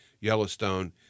Yellowstone